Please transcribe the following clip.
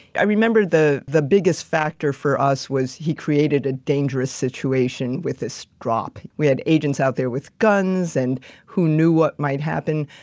i remember the the biggest factor for us was he created a dangerous situation with this drop. we had agents out there with guns and who knew what might happen.